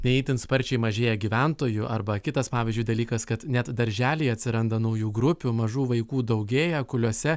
ne itin sparčiai mažėja gyventojų arba kitas pavyzdžiui dalykas kad net darželyje atsiranda naujų grupių mažų vaikų daugėja kuliuose